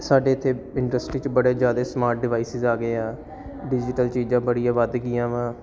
ਸਾਡੇ ਇੱਥੇ ਇੰਡਸਟਰੀ 'ਚ ਬੜੇ ਜ਼ਿਆਦਾ ਸਮਾਰਟ ਡਿਵਾਇਸਿਸ ਆ ਗਏ ਆ ਡਿਜੀਟਲ ਚੀਜ਼ਾਂ ਬੜੀਆਂ ਵੱਧ ਗਈਆਂ ਵਾ